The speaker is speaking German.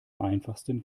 einfachsten